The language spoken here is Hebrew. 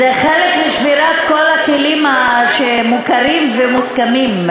זה חלק משבירת כל הכלים שמוכרים ומוסכמים.